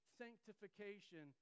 sanctification